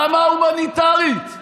ברמה ההומניטרית?